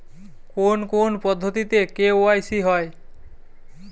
কোন কোন পদ্ধতিতে কে.ওয়াই.সি হয়?